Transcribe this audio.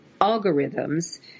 algorithms